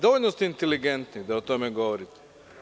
Dovoljno ste inteligentni da o tome govorite.